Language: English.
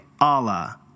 Allah